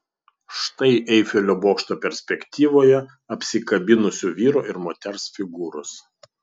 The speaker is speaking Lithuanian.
štai eifelio bokšto perspektyvoje apsikabinusių vyro ir moters figūros